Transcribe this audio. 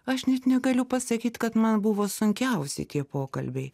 aš net negaliu pasakyt kad man buvo sunkiausi tie pokalbiai